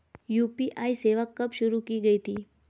UPI सेवा कब शुरू की गई थी?